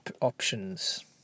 options